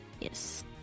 yes